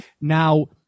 now